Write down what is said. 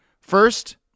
First